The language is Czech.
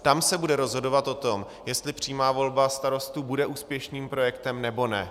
Tam se bude rozhodovat o tom, jestli přímá volba starostů bude úspěšným projektem, nebo ne.